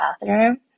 bathroom